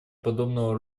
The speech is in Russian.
подобного